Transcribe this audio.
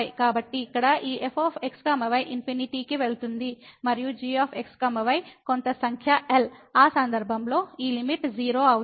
కాబట్టి ఇక్కడ ఈ f x y ఇన్ఫినిటీ కి వెళుతుంది మరియు g x y కొంత సంఖ్య L ఆ సందర్భంలో ఈ లిమిట్ 0 అవుతుంది